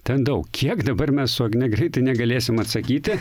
ten daug kiek dabar mes su agne greitai negalėsim atsakyti